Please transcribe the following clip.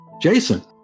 Jason